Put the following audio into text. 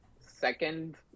second